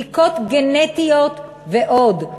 בדיקות גנטיות ועוד.